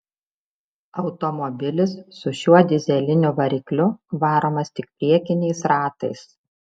automobilis su šiuo dyzeliniu varikliu varomas tik priekiniais ratais